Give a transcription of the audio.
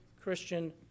Christian